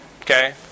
Okay